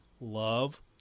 love